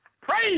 Praise